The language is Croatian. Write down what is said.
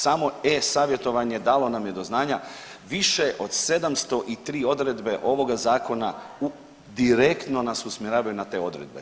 Samo e-savjetovanje dalo nam je do znanja više od 703 odredbe ovoga zakona, direktno nas usmjeravaju na te odredbe.